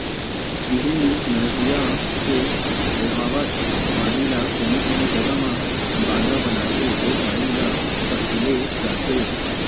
इहीं नदिया के बोहावत पानी ल कोनो कोनो जघा म बांधा बनाके ओ पानी ल सकेले जाथे